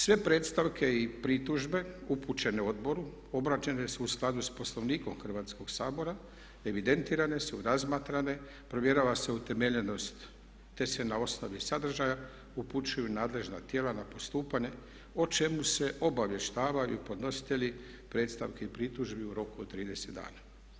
Sve predstavke i pritužbe upućene odboru obrađene su u skladu sa Poslovnikom Hrvatskog sabora, evidentirane su, razmatrane, provjerava se utemeljenost te se na osnovi sadržaja upućuju nadležna tijela na postupanje o čemu se obavještavaju podnositelji predstavki i pritužbi u roku od 30 dana.